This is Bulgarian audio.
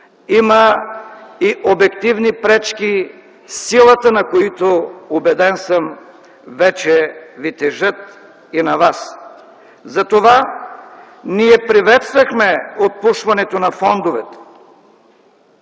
има и обективни пречки, силата на които, убеден съм, вече ви тежат и на вас. Затова ние приветствахме отпушването на фондовете,